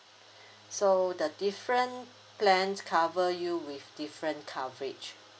so the different plans cover you with different coverage